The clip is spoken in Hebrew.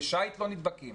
בשייט לא נדבקים.